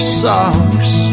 socks